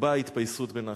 ובאה ההתפייסות בין האחים.